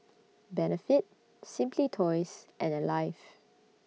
Benefit Simply Toys and Alive